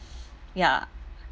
ya